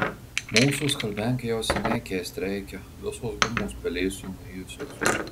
mūsų skalbiankę jau seniai keist reikia visos gumos pelėsiu nuėjusios